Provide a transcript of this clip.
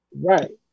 Right